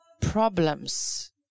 problems